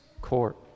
court